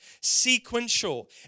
sequential